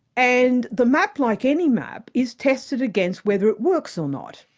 and the map, like any map, is tested against whether it works or not.